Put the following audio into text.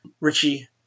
Richie